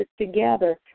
together